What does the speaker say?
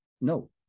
no